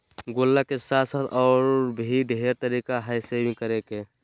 गुल्लक के साथ साथ और भी ढेर तरीका हइ सेविंग्स करे के